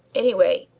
anyway,